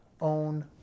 own